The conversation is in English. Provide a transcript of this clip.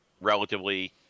relatively